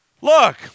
Look